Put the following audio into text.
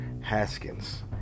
Haskins